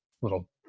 little